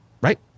right